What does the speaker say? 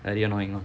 very annoying lah